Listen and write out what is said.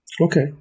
Okay